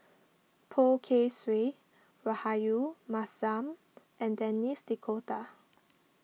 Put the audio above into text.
Poh Kay Swee Rahayu Mahzam and Denis D'Cotta